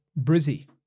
Brizzy